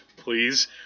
please